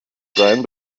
sein